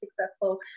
successful